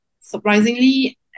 Surprisingly